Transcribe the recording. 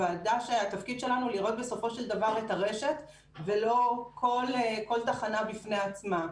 והתפקיד שלנו לראות בסופו של דבר את הרשת ולא כל תחנה בפני עצמה.